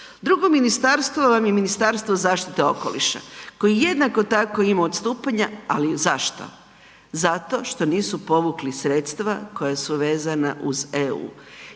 Drugo ministarstvo vam je Ministarstvo zaštite okoliša koji jednako tako ima odstupanja, ali zašto? Zato što nisu povukli sredstva koja su vezana uz EU.